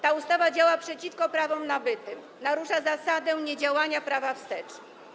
Ta ustawa działa przeciwko prawom nabytym, narusza zasadę niedziałania prawa wstecz.